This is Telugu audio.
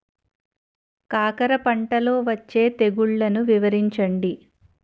కాకర పంటలో వచ్చే తెగుళ్లను వివరించండి?